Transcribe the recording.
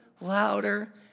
louder